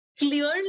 clearly